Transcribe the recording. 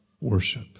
Worship